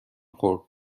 خورد